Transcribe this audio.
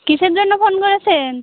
কিসের জন্য ফোন করেছেন